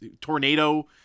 tornado